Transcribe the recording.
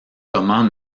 comment